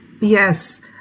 Yes